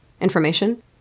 information